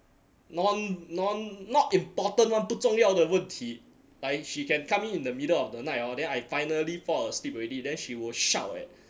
non non not important [one] 不重要的问题 like she can come in the middle of the night orh then I finally fall asleep already then she will shout eh